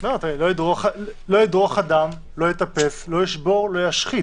"לא ידרוך אדם, לא יטפס, לא ישבור, לא ישחית